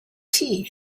tea